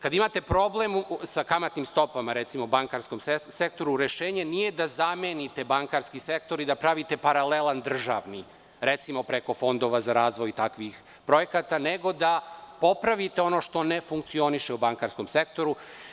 Kada imate problem sa kamatnim stopama, recimo u bankarskom sektoru, rešenje nije da zamenite bankarski sektor i da pravite paralelan državni, recimo preko fondova za razvoj i takvih projekata, nego da popravite ono što ne funkcioniše u bankarskom sistemu.